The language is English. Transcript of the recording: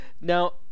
Now